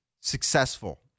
successful